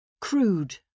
Crude